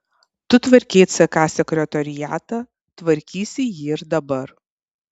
tu tvarkei ck sekretoriatą tvarkysi jį ir dabar